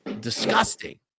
Disgusting